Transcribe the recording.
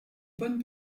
bonnes